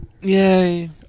Yay